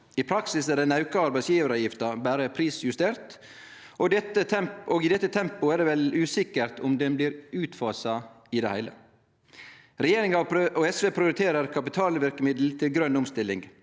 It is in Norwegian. I praksis er den auka arbeidsgjevaravgifta berre prisjustert, og i dette tempoet er det vel usikkert om ho blir utfasa i det heile. Regjeringa og SV prioriterer kapitalverkemiddel til grøn omstilling.